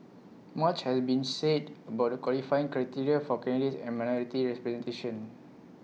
much has been said about the qualifying criteria for candidates and minority representation